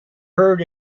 heard